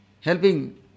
Helping